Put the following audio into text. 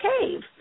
cave